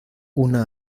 una